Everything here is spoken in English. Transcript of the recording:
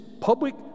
public